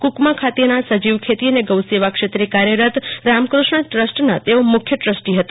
કુકમા ખાતે સજીવ ખેતી અને ગૌસેવામાં કાર્યરત રામકૃષ્ણ ટ્રસ્ટના તેઓ મુખ્ય ટ્રસ્ટી હતા